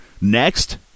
next